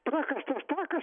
prakastas takas